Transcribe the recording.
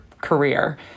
career